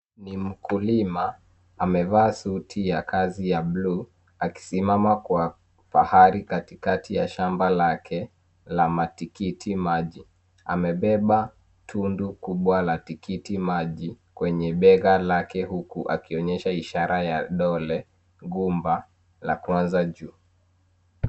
Ni mkulima amevaa suti ya kazi ya bluu akisimama kwa fahari katikati ya shamba lake la matikiti maji. Amebeba tundu kubwa la tikitiki maji kwenye bega lake huku akionyesha ishara ya dole gumba la kwanza juu.